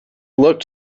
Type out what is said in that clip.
looked